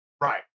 Right